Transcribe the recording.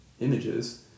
images